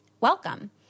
welcome